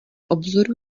obzoru